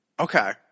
Okay